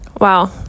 Wow